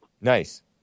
Nice